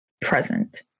present